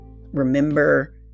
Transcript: remember